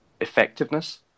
effectiveness